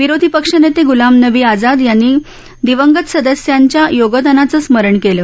विरोधी पक्ष नेते गूलाम नबी आझाद यांनी दिवंगत सदस्यांच्या योगदानाचं स्मरण केलं